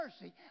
mercy